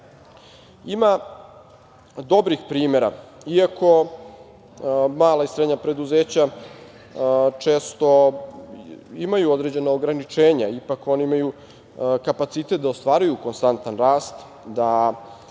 dobrih primera, iako mala i srednja preduzeća često imaju određena ograničenja, ipak oni imaju kapacitet da ostvaruju konstantan rast, da